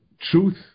truth